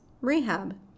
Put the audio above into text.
rehab